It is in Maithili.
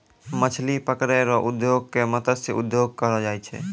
मछली पकड़ै रो उद्योग के मतस्य उद्योग कहलो जाय छै